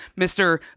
Mr